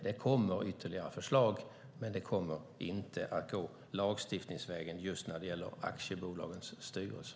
Det kommer ytterligare förslag, men det kommer inte att bli lagstiftningsvägen när det gäller aktiebolagens styrelser.